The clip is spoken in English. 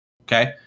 okay